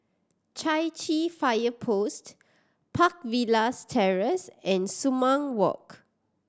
Chai Chee Fire Post Park Villas Terrace and Sumang Walk